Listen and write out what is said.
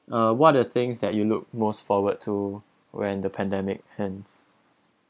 uh what're the things that you look most forward to when the pandemic ends